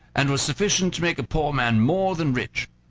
and was sufficient to make a poor man more than rich.